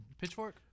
pitchfork